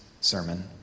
sermon